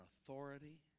authority